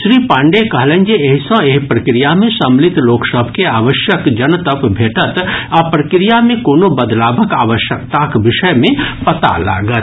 श्री पाण्डेय कहलनि जे एहि सँ एहि प्रक्रिया मे सम्मिलित लोक सभ के आवश्यक जनतब भेटत आ प्रक्रिया मे कोनो बदलावक आवश्यकताक विषय मे पता लागत